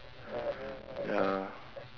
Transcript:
ya